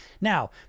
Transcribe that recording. Now